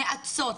נאצות,